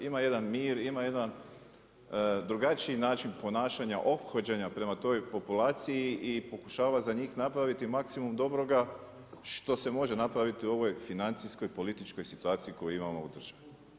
Ima jedan mir, ima jedan drugačiji način ponašanja, ophođenja prema toj populaciji i pokušava za njih napraviti maksimum dobroga što se može napraviti u ovoj financijskoj političkoj situaciji koju imamo u državi.